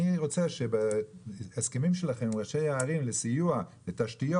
אני רוצה שבהסכמים שלכם עם ראשי הערים לסיוע בתשתיות,